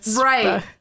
Right